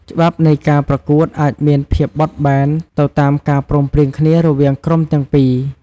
ច្បាប់នៃការប្រកួតអាចមានភាពបត់បែនទៅតាមការព្រមព្រៀងគ្នារវាងក្រុមទាំងពីរ។